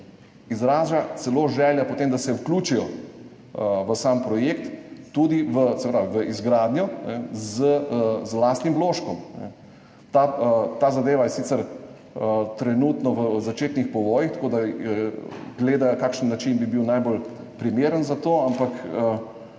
izraža celo želja po tem, da se vključijo v sam projekt, seveda v izgradnjo, z lastnim vložkom. Ta zadeva je sicer trenutno v začetnih pogojih, tako da gledajo, kakšen način bi bil najbolj primeren za to, ampak